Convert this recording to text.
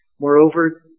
Moreover